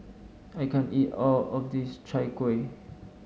I can't eat all of this Chai Kueh